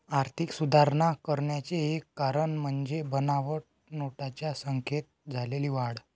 आर्थिक सुधारणा करण्याचे एक कारण म्हणजे बनावट नोटांच्या संख्येत झालेली वाढ